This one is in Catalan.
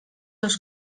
els